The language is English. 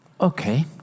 okay